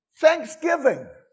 Thanksgiving